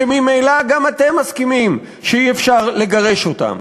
שממילא גם אתם מסכימים שאי-אפשר לגרש אותם,